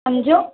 समुझो